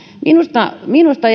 minusta minusta